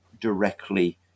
directly